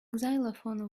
xylophone